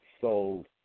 sold